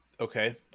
Okay